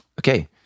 Okay